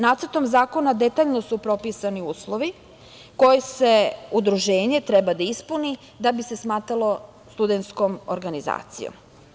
Nacrtom zakona detaljno su propisani uslovi koje udruženje treba da ispuni da bi se smatralo studentskom organizacijom.